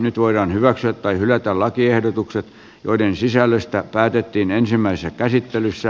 nyt voidaan hyväksyä tai hylätä lakiehdotukset joiden sisällöstä päätettiin ensimmäisessä käsittelyssä